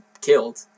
killed